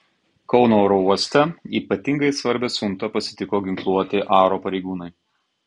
kauno oro uoste ypatingai svarbią siuntą pasitiko ginkluoti aro pareigūnai